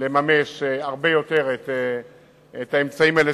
לממש הרבה יותר את האמצעים האלה,